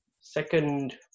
Second